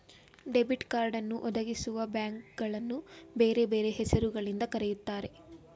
debit ಕಾರ್ಡನ್ನು ಒದಗಿಸುವಬ್ಯಾಂಕ್ಗಳನ್ನು ಬೇರೆ ಬೇರೆ ಹೆಸರು ಗಳಿಂದ ಕರೆಯುತ್ತಾರೆ